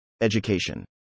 Education